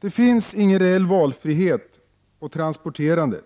Det finns ingen reell valfrihet när det gäller transporterandet.